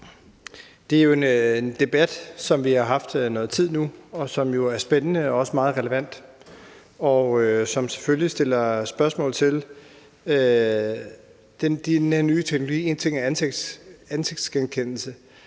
Det er jo en debat, som vi har haft noget tid nu, som jo er spændende og også meget relevant, og som selvfølgelig stiller spørgsmål ved den her nye teknologi – én ting er ansigtsgenkendelse,